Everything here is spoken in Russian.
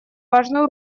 важную